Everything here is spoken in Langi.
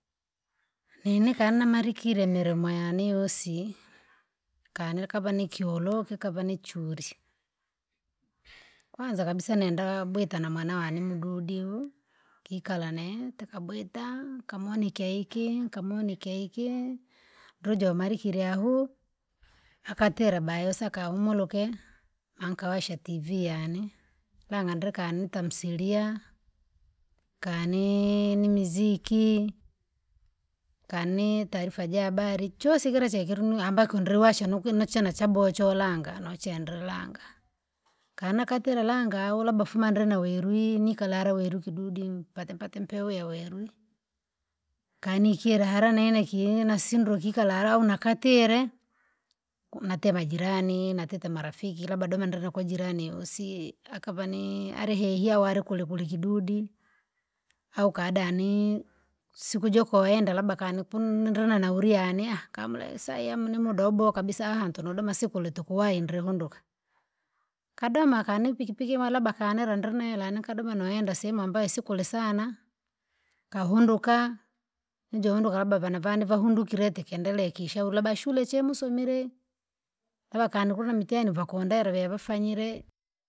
Nini kana malikire milomo yane yosi. Kane kava nikyolo kikava ni churi, kwanza kabisa nenda sama bwita na mwana wane mududi uhu, kikala neete kabwitaa! Kamoni ikeiki kamoni ikeiki, lujo umalikire ahu, akatire bayesa akahumuruke, ankawasha tv yane, ganga ndreka nika msilia, kanii! Nimiziki, kanii taarifa ja habari chosi kila che kilinu ambako ndriluwasha nukine chene chabowa cholanga nochendra langa. Kana katile langa au labda fuma ndri na werwi nikalala werwi kidudi mpate mpate mpewe werwi, kani ikila hara nene kiye nasindwa kikalala au nakatile, ku- natema jirani natite marafiki labda doma ndri kwajirani usi- akava nii alihehiya walikulekule kidudi. Au kadani, siku jokoenda labda kani kundrina nauri yane kamlesaya nimudobo kabisa aha ntodoma siku le tukuwahi ndrihunduka, kadoma kani pikipiki ma labda akanela ndenela anikadoma noenda sehemu ambayo sikule sana. Kahunduka, nijo uhunduka labda vana vane vahundukilete kiendelee kishaula labda shule che musomile, ila kani kuna vakundele veve fanyire.